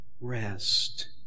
Rest